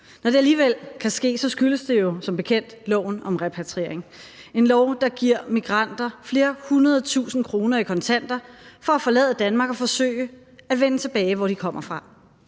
Når det alligevel kan ske, skyldes det jo som bekendt loven om repatriering – en lov, der giver migranter flere hundredtusinde kroner i kontanter for at forlade Danmark og forsøge at vende tilbage til, hvor de kommer fra.